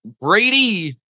Brady